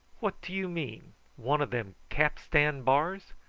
what do you mean one of them capstan bars?